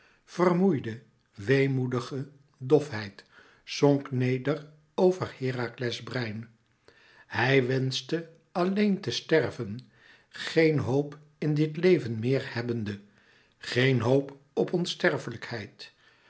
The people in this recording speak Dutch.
vermoeide weemoedige dofheid zonk neder over herakles brein hij wenschte alleen te sterven geen hoop in dit leven meer hebbende geen hoop op onsterfelijkheid